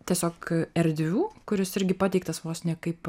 tiesiog erdvių kuris irgi pateiktas vos ne kaip